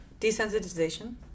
Desensitization